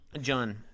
John